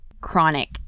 chronic